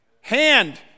hand